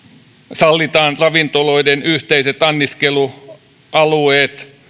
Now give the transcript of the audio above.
sallitaan ravintoloiden yhteiset anniskelualueet ja